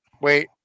wait